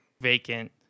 vacant